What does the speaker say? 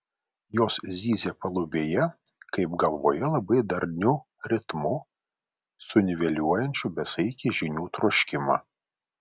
jos zyzia palubėje kaip galvoje labai darniu ritmu suniveliuojančiu besaikį žinių troškimą